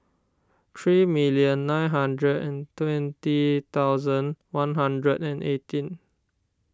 three million nine hundred and twenty thousand one hundred and eighteen